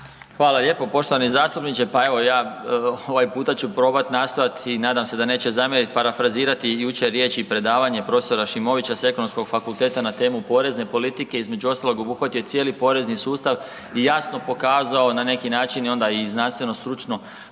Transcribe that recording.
Hvala lijepo poštovani zastupniče. Pa evo ja ovaj puta ću probat nastojat i nadam se da neće zamjerit, parafrazirat jučer riječi i predavanje prof. Šimovića sa Ekonomskom fakulteta na temu porezne politike, između ostaloga obuhvatio je cijeli porezni sustav i jasno pokazao na neki način i onda znanstveno, stručno